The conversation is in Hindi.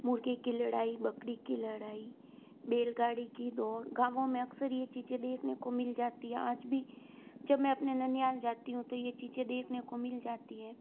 मुर्गी की लड़ाई बकरी की लड़ाई बैलगाड़ी की दौड़ गाँवों में अक्सर ये चीज़ें देखने को मिल जाती है आज भी जब मैं अपने ननिहाल जाती हूँ तो ये चीज़ें देखने को मिल जाती हैं